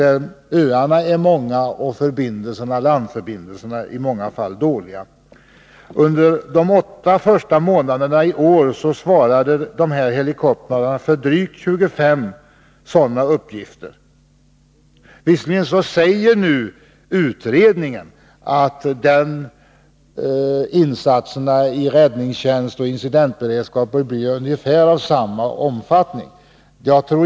Även om jag har full förståelse för att alla möjligheter till besparingar tillvaratas, så menar jag — och många med mig — att detta dock aldrig får äventyra vare sig incidentberedskapen eller den civila räddningstjänsten.